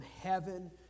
heaven